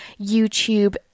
YouTube